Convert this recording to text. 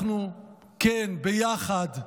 אנחנו כן ביחד,